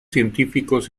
científicos